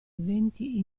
eventi